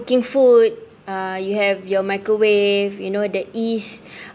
cooking food uh you have your microwave you know the ease